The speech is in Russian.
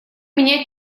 меня